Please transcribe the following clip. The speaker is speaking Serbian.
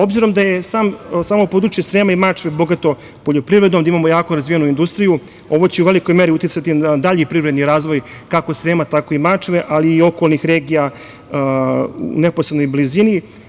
Obzirom da je samo područje Srema i Mačve bogato poljoprivedom, da imamo jako razvijenu industriju, ovo će u velikoj meri uticati na dalji privredni razvoj, kako Srema, tako i Mačve, ali i okolnih regija u neposrednoj blizini.